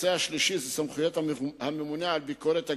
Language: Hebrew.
הנושא השלישי הוא סמכויות הממונה על ביקורת הגבולות.